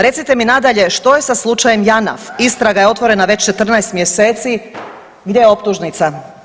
Recite mi nadalje što je sa slučajem Janaf, istraga je otvorena već 14 mjeseci, gdje je optužnica?